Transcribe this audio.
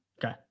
Okay